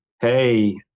Hey